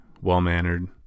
well-mannered